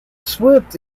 swift